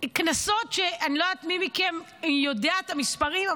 קנסות שאני לא יודע מי מכם יודע את המספרים,